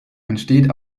entsteht